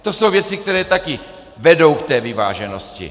To jsou věci, které taky vedou k té vyváženosti.